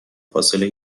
فاصله